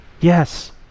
Yes